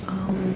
um